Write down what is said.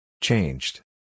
Changed